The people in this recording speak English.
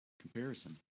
comparison